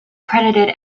credited